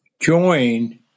join